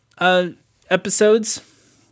Episodes